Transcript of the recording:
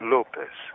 Lopez